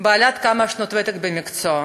בעלת כמה שנות ותק במקצוע.